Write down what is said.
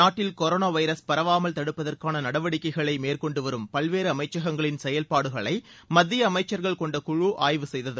நாட்டில் corona virus பரவாமல் தடுப்பதற்கான நடவடிக்கைகளை மேற்கொண்டுவரும் பல்வேறு அமைச்சங்களின் செயல்பாடுகளை மத்திய அமைச்சர்களை கொண்ட குழு ஆய்வு செய்தது